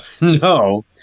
No